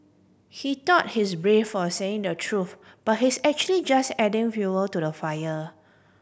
he thought he's brave for saying the truth but he's actually just adding fuel to the fire